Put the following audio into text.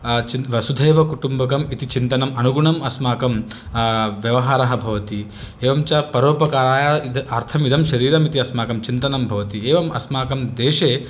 चिन् वसुधैवकुटुम्बकम् इति चिन्तम् अणुगुणम् अस्माकं व्यवहारः भवति एवं च परोपकाराय इद अर्थमिदं शरीरमिति अस्माकं चिन्तनं भवति एवं अस्माकं देशे